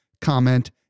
comment